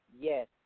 Yes